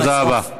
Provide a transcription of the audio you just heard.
תודה רבה.